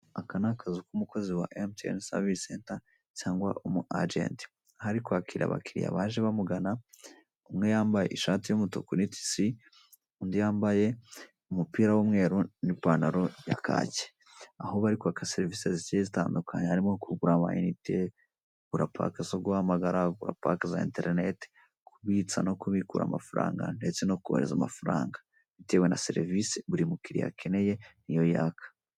Aka ni akazu k'umukozi wa Emutiyeni savisi senta cyangwa umu ajenti aho ari kwakira abakiriya baje bamugana umwe yambaye ishati y'umutuku n'itise, udi yambaye umupira w'umweru n'ipantaro ya kaki. Aho bari kwaka serivise zigiye zitandukanye harimo kugura ama inite, kugura pake zo guhamagara, kugura pake za interineti, kubitsa no kubikura amafaranga ndetse no kohereza amafaranga bitewe na serivisi buri mukiriya akeneye ni yo yaka.